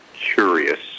curious